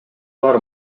алар